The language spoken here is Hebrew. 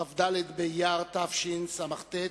כ"ד באייר התשס"ט,